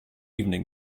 evening